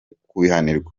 kubihanirwa